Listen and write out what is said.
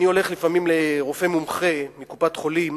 אני הולך לפעמים לרופא מומחה בקופת-חולים,